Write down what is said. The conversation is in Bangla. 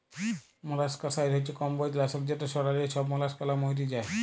মলাসকাসাইড হছে কমবজ লাসক যেট ছড়াল্যে ছব মলাসকালা ম্যইরে যায়